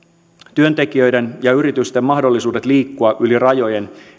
työntekijöiden ja yritysten mahdollisuudet liikkua yli rajojen